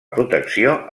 protecció